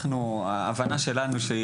לפי ההבנה שלנו,